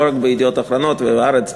לא רק ב"ידיעות אחרונות" וב"הארץ".